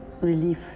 relief